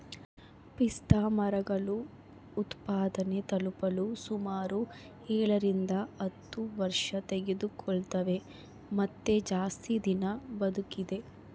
ಪಿಸ್ತಾಮರಗಳು ಉತ್ಪಾದನೆ ತಲುಪಲು ಸುಮಾರು ಏಳರಿಂದ ಹತ್ತು ವರ್ಷತೆಗೆದುಕೊಳ್ತವ ಮತ್ತೆ ಜಾಸ್ತಿ ದಿನ ಬದುಕಿದೆ